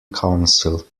council